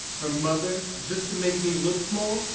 her mother, just to make me look small,